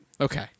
Okay